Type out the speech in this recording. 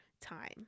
time